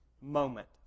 moment